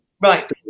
right